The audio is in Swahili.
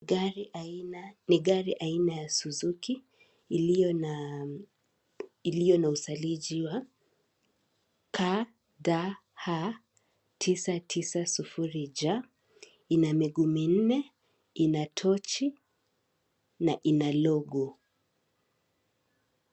Ni gari aina ya Suzuki iliyo na usajiri wa KDH990J ina miguu minne ina tochi na ina logo.